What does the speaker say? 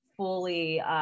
fully